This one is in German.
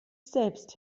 selbst